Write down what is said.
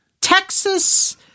Texas